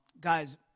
Guys